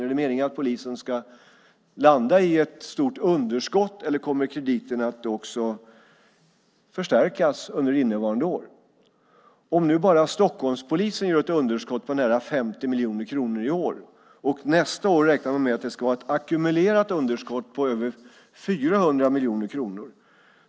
Är det meningen att polisen ska landa i ett stort underskott, eller kommer krediten att också förstärkas under innevarande år? Bara Stockholmspolisen gör ett underskott på nära 50 miljoner kronor i år och räknar nästa år med att det ska vara ett ackumulerat underskott på över 400 miljoner kronor.